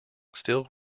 still